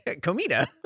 Comida